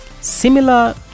similar